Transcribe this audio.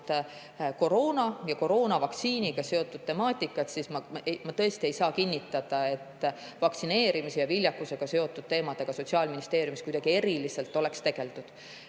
koroona ja koroonavaktsiiniga seotud temaatikat, siis ma tõesti ei saa kinnitada, et vaktsineerimise ja viljakusega seotud teemadega Sotsiaalministeeriumis kuidagi eriliselt oleks tegeldud.